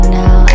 now